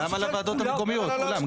גם על הוועדות המקומיות, כולם.